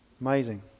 Amazing